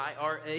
IRA